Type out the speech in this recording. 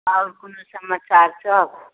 आओर कोनो समाचारसभ